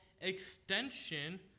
extension